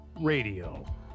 radio